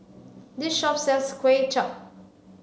this shop sells kway chap